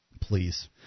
Please